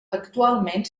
actualment